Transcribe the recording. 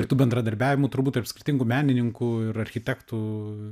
ir tų bendradarbiavimų turbūt tarp skirtingų menininkų ir architektų